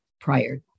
prior